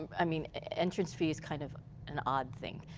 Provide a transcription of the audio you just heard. i mean, entrance fee is kind of an odd thing.